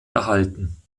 erhalten